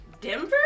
denver